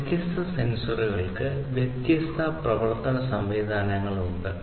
വ്യത്യസ്ത സെൻസറുകൾക്ക് വ്യത്യസ്ത പ്രവർത്തന സംവിധാനങ്ങളുണ്ട്